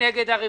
מי נגד?